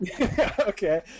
Okay